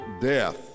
death